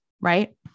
right